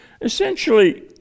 Essentially